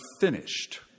finished